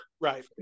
right